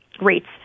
rates